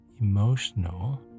emotional